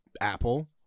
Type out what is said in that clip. Apple